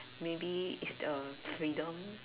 maybe is the freedom